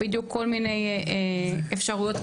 כל מיני אפשרויות כאלה.